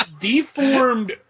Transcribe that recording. Deformed